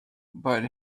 but